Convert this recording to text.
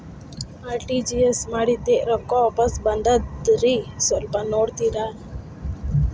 RTGS ಮಾಡಿದ್ದೆ ರೊಕ್ಕ ವಾಪಸ್ ಬಂದದ್ರಿ ಸ್ವಲ್ಪ ನೋಡ್ತೇರ?